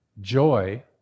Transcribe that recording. joy